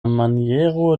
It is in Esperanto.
maniero